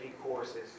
courses